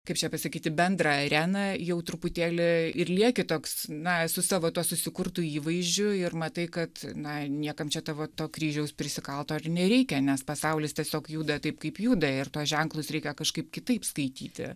kaip čia pasakyti bendrą areną jau truputėlį ir lieki toks na su savo tuo susikurtu įvaizdžiu ir matai kad na niekam čia tavo to kryžiaus prisikalto ar nereikia nes pasaulis tiesiog juda taip kaip juda ir tuos ženklus reikia kažkaip kitaip skaityti